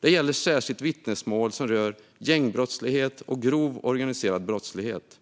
Det gäller särskilt vittnesmål som rör gängbrottslighet och grov organiserad brottslighet.